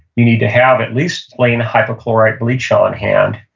you need to have at least plain hypochlorite bleach on hand,